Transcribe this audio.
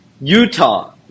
Utah